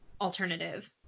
alternative